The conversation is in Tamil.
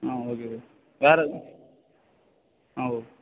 ஆ ஓகே சார் வேறே சார் ஆ ஓகே